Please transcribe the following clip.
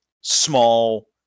small